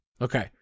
Okay